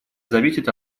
зависят